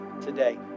today